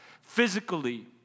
physically